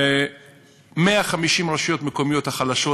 150 הרשויות המקומיות החלשות,